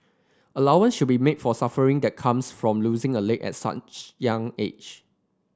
allowance should be made for suffering that comes from losing a leg at such young age